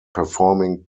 performing